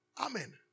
Amen